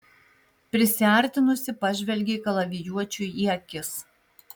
prisiartinusi pažvelgė kalavijuočiui į akis